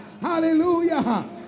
hallelujah